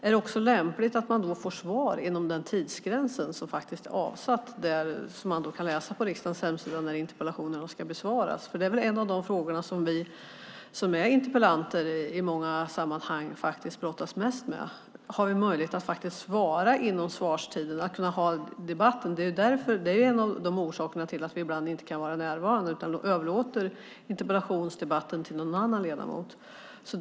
Är det också lämpligt att man får svar inom den tidsgräns som gäller och som man kan läsa om på riksdagens hemsida? Det är en av de frågor som vi interpellanter i många sammanhang brottas mest med, alltså att vi kan ha debatten inom den föreskrivna tiden. Det är en av orsakerna till att vi ibland inte kan vara närvarande utan överlåter interpellationsdebatten till någon annan ledamot.